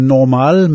Normal